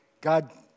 God